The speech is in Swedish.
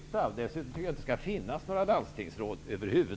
Dessutom tycker jag att det över huvud taget inte skall finnas några landstingsråd.